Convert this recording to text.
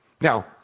Now